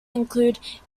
included